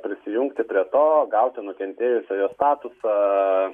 prisijungti prie to gauti nukentėjusiojo statusą